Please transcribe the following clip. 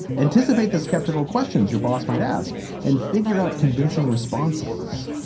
anticipate the skeptical questions your boss might ask and figure out convincing responses.